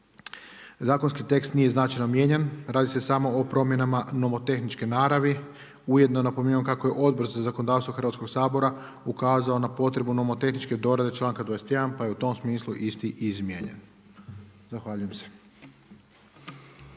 zakonski tekst nije značajno mijenjan, radi se samo o promjenama nomotehničke naravi. Ujedno napominjemo kako je Odbor za zakonodavstvo Hrvatskog sabora ukazao na potrebu nomotehničke dorade članka 21. pa je u tom smislu isti izmijenjen. Zahvaljujem se.